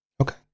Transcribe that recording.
Okay